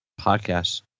podcast